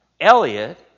Elliot